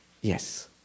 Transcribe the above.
Yes